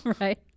right